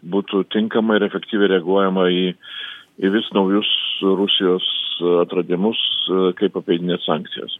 būtų tinkamai ir efektyviai reaguojama į į vis naujus rusijos atradimus kaip apeidinėt sankcijas